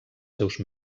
seus